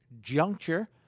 juncture